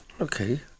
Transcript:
Okay